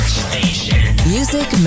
music